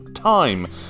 Time